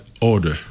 order